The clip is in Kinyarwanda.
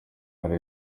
hari